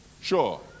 Sure